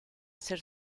hacer